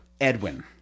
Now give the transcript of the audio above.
Edwin